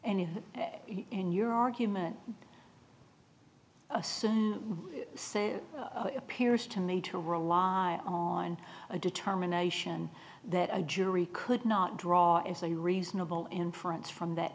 and in your argument assume say appears to me to rely on a determination that a jury could not draw is a reasonable inference from that